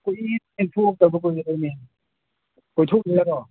ꯀꯨꯏꯔꯦꯅꯦ ꯊꯣꯛꯇꯕ ꯀꯨꯏꯔꯦꯅꯦ ꯀꯣꯏꯊꯣꯛꯎꯁꯦ ꯍꯥꯏꯔꯣ